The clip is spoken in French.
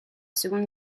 seconde